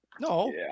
No